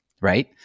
Right